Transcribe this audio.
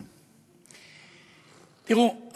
תראו,